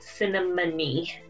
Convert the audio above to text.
cinnamony